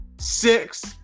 six